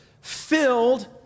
filled